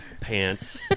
pants